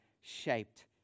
shaped